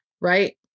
Right